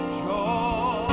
joy